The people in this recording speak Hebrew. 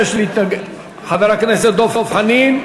להתנגד, חבר הכנסת דב חנין,